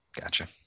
gotcha